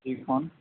جی کون